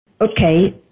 Okay